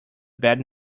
bad